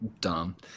Dumb